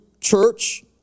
church